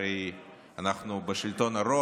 אנחנו הרי הרוב בשלטון,